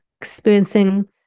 experiencing